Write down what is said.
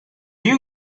you